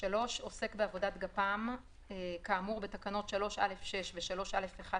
עוסק בעבודת גפ"מ כאמור בתקנות 3(א)(6) ו-3(א)(11),